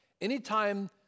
Anytime